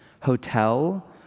hotel